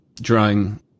drawing